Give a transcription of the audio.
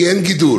כי אין גידול.